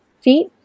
feet